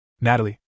Natalie